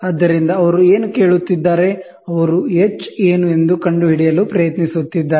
ಆದ್ದರಿಂದ ಅವರು ಏನು ಕೇಳುತ್ತಿದ್ದಾರೆ ಅವರು ಎಚ್ ಏನು ಎಂದು ಕಂಡುಹಿಡಿಯಲು ಪ್ರಯತ್ನಿಸುತ್ತಿದ್ದಾರೆ